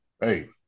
hey